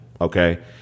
okay